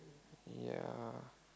ya